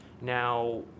Now